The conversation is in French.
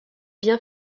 bien